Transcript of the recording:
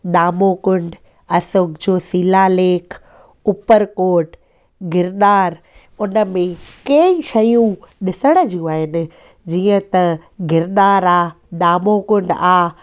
डामोकुंड अशोक जोशीला लेक उपरकोट घिरनार उन में कई शयूं ॾिसण जियूं आहिनि जीअं त गिरनार आहे डामोकुंड आहे